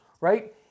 right